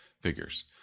figures